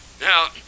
now